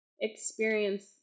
experience